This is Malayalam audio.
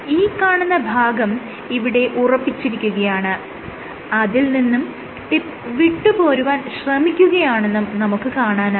ഈ കാണുന്ന ഭാഗം ഇവിടെ ഉറപ്പിച്ചിരിക്കുകയാണ് അതിൽ നിന്നും ടിപ്പ് വിട്ടുപോരുവാൻ ശ്രമിക്കുകയാണെന്നും നമുക്ക് കാണാനാകും